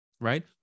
Right